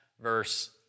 verse